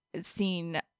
seen